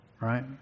right